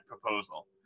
proposal